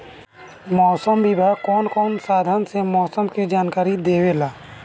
मौसम विभाग कौन कौने साधन से मोसम के जानकारी देवेला?